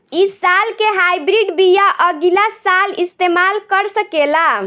इ साल के हाइब्रिड बीया अगिला साल इस्तेमाल कर सकेला?